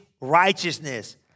righteousness